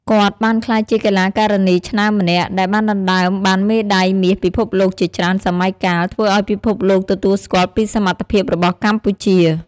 គាត់បានក្លាយជាកីឡាការិនីឆ្នើមម្នាក់ ដែលបានដណ្ដើមបានមេដៃមាសពិភពលោកជាច្រើនសម័យកាល ធ្វើឱ្យពិភពលោកទទួលស្គាល់ពីសមត្ថភាពរបស់កម្ពុជា។